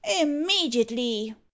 Immediately